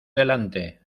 delante